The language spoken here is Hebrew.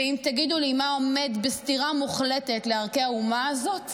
ואם תגידו לי מה עומד בסתירה מוחלטת לערכי האומה הזאת,